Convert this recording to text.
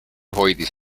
hoidis